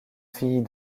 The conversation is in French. fille